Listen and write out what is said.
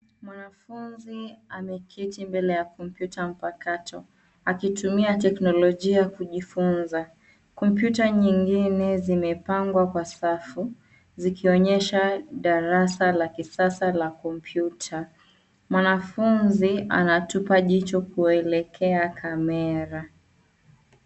Mwanafunzi ameketi mbele ya kompyuta mpakato, akitumia teknologia kujifunza. Kompyuta nyingine zimepangwa kwa safu, zikionyesha darasa la kisasa la kompyuta. Mwanafunzi anatupa jicho kuelekea camera.